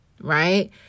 right